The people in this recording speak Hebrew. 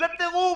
זה טירוף.